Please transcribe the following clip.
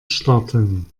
starten